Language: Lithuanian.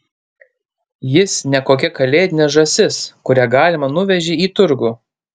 jis ne kokia kalėdinė žąsis kurią galima nuvežei į turgų